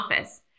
office